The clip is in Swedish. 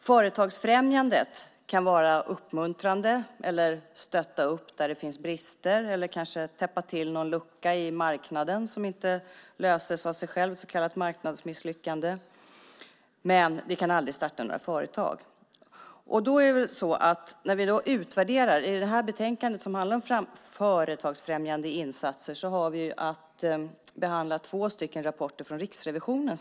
Företagsfrämjandet kan vara uppmuntrande eller stötta där det finns brister eller kanske täppa till någon lucka i marknaden som inte täpps till av sig själv, ett så kallat marknadsmisslyckande, men det kan aldrig starta några företag. I det här betänkandet som handlar om företagsfrämjande insatser har vi haft att behandla två rapporter från Riksrevisionen.